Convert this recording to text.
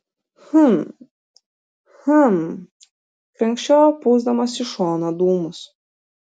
hm hm krenkščiojo pūsdamas į šoną dūmus